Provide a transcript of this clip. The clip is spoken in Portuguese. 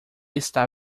está